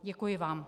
Děkuji vám.